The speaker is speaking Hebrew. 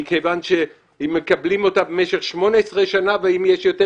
מכיוון שמקבלים אותה במשך 18 שנה ואם יש יותר